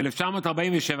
ב-1947,